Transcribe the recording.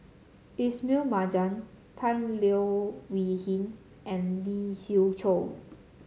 Ismail Marjan Tan Leo Wee Hin and Lee Siew Choh